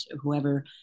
whoever